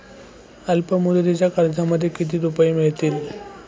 अल्पमुदतीच्या कर्जामध्ये किती रुपये मिळतील?